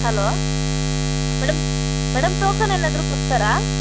hello madam madam token ಏನಾದ್ರೂ ಕೊಡ್ತಾರಾ